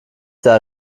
der